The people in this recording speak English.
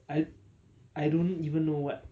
I I don't even know what